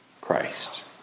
Christ